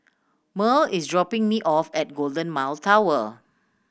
Murl is dropping me off at Golden Mile Tower